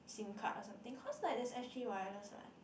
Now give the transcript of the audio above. Sim card or something cause like there's s_g wireless what